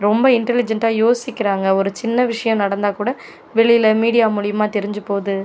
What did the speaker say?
ரொம்ப இன்டலிஜென்ட்டாக யோசிக்கிறாங்க ஒரு சின்ன விஷயம் நடந்தால் கூட வெளியில் மீடியா மூலியமாக தெரிஞ்சிப் போகுது